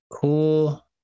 Cool